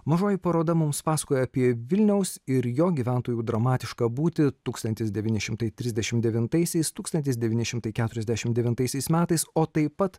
mažoji paroda mums pasakoja apie vilniaus ir jo gyventojų dramatišką būtį tūkstantis devyni šimtai trisdešimt devintaisias tūkstantis devyni šimtai keturiasdešimt devintaisiais metais o taip pat